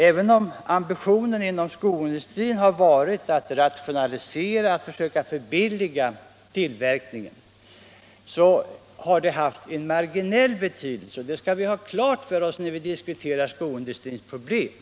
Även om man inom skoindustrin har rationaliserat och förbilligat produktionen har det endast haft en marginell effekt, och det skall vi ha klart för oss när vi diskuterar skoindustrins problem.